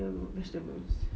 the vegetables